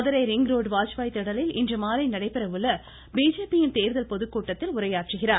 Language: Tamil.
மதுரை ரிங் ரோடு வாஜ்பாய் திடலில் இன்றுமாலை நடைபெற உள்ள பிஜேபி யின் தேர்தல் பொதுக்கூட்டத்தில் உரையாற்ற உள்ளார்